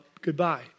Goodbye